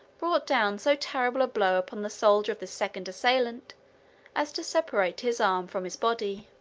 brought down so terrible a blow upon the shoulder of this second assailant as to separate his arm from his body.